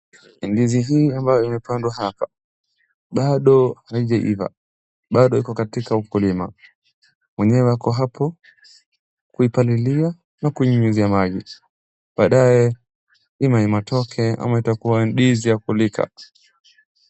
Ndizi hii ambayo imepandwa hapa bado haijaiva, bado iko katika ukulima. Mwenyewe ako hapo kuipalilia na kunyunyizia maji. Baadae iwe ni matoke ama itakua ndizi ya kulika.